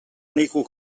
unequal